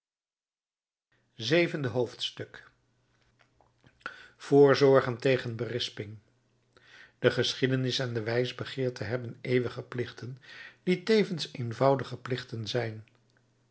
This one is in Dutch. zevende hoofdstuk voorzorgen tegen berisping de geschiedenis en de wijsbegeerte hebben eeuwige plichten die tevens eenvoudige plichten zijn